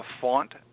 font